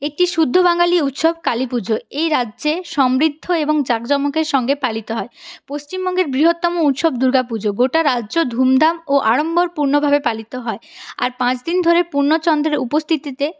একটি শুদ্ধ বাঙালি উৎসব কালী পুজো এই রাজ্যে সমৃদ্ধ এবং জাঁকজমকের সঙ্গে পালিত হয় পশ্চমবঙ্গের বৃহত্তম উৎসব দুর্গা পুজো গোটা রাজ্যে ধুমধাম এবং আড়ম্বরপূর্ণভাবে পালিত হয় আর পাঁচদিন ধরে পূর্ণ চন্দ্রের উপস্থিতিতে